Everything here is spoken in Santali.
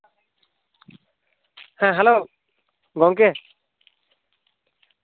ᱦᱮᱸ ᱦᱮᱞᱳ ᱜᱚᱢᱠᱮ